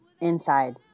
inside